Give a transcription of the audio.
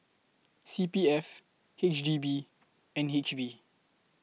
C P F H D B N H B